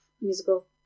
musical